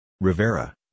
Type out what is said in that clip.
Rivera